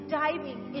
diving